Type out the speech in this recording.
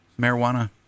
marijuana